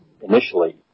initially